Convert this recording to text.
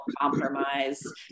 compromise